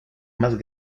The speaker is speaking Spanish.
más